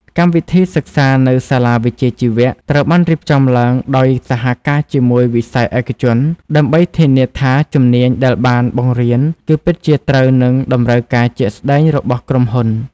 កម្មវិធីសិក្សានៅសាលាវិជ្ជាជីវៈ ត្រូវបានរៀបចំឡើងដោយសហការជាមួយវិស័យឯកជន ដើម្បីធានាថាជំនាញដែលបានបង្រៀនគឺពិតជាត្រូវនឹងតម្រូវការជាក់ស្តែងរបស់ក្រុមហ៊ុន។